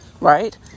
right